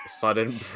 sudden